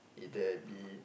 either be